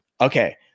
Okay